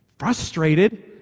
Frustrated